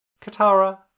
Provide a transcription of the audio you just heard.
Katara